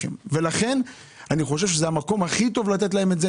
לכן אני חושב שזה המקום הכי טוב לתת להם את זה,